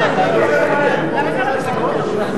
אני רוצה לשאול את היועצת המשפטית של ועדת הכספים,